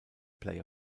play